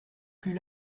plus